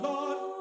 Lord